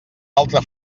altra